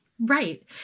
Right